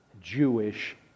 Jewish